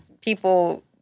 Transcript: people